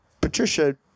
Patricia